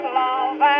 love